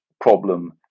problem